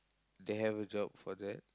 they have a job for that